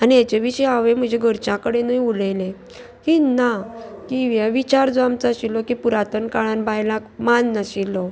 आनी हेजे विशीं हांवें म्हज्या घरच्या कडेनूय उलयलें की ना की हे विचार जो आमचो आशिल्लो की पुरातन काळान बायलांक मान नाशिल्लो